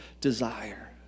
desire